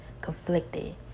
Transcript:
conflicted